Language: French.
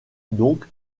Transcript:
donc